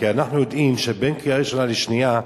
כי אנחנו יודעים שבין קריאה ראשונה לשנייה,